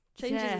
changes